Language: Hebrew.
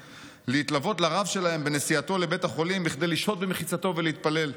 להתלוות לרב שלהם בנסיעתו לבית החולים כדי לשהות במחיצתו ולהתפלל.